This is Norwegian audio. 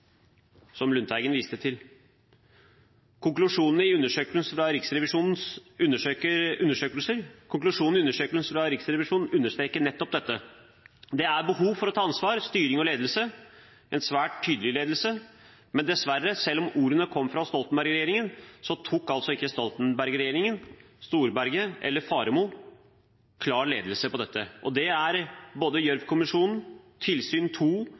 som Lundteigen viste til. Konklusjonene i undersøkelsene fra Riksrevisjonen understreker nettopp dette. Det er behov for å ta ansvar, styring og ledelse – en svært tydelig ledelse. Men dessverre: Selv om ordene kom fra Stoltenberg-regjeringen, tok ikke Stoltenberg-regjeringen, Storberget eller Faremo klar ledelse på dette. Det er både Gjørv-kommisjonen, tilsyn to